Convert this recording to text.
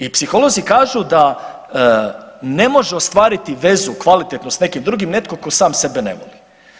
I psiholozi kažu da ne može ostvariti vezu kvalitetnu sa nekim drugim netko tko sam sebe ne voli.